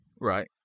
Right